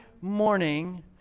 morning